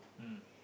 mm